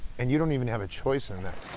and you don't even have a choice in that.